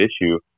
issue